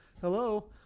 Hello